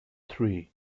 three